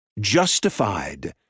justified